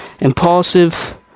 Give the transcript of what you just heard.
impulsive